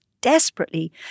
desperately